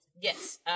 Yes